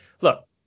Look